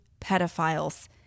pedophiles